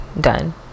done